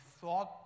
thought